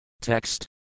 Text